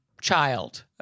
child